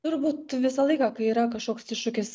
turbūt visą laiką kai yra kažkoks iššūkis